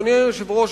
אדוני היושב-ראש,